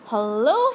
Hello